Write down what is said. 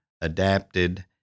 adapted